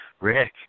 Rick